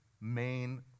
main